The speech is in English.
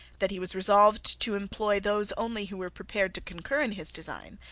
that he was resolved to employ those only who were prepared to concur in his design,